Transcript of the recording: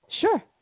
Sure